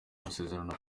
amasezerano